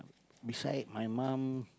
beside my mum